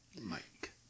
Mike